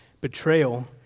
betrayal